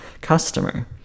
customer